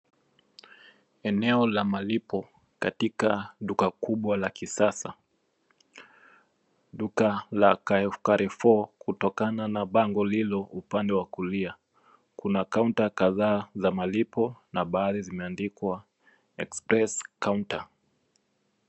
Eneo la malipo katika duka kubwa la kisasa, duka la Carrefour kutokana na bango lililo upande wa kulia. Kuna kaunta kadhaa za malipo na baadhi zimeandikwa express counter .